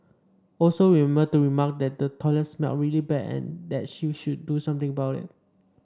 also remember to remark that the toilet smelled really bad and that she should do something about it